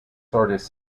artists